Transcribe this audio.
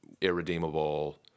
irredeemable